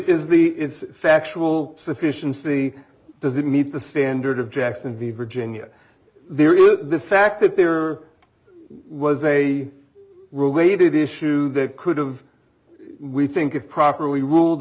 is the factual sufficiency does it meet the standard of jackson the virginia there is the fact that there was a related issue that could have we think it properly ruled